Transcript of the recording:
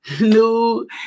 new